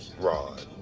rod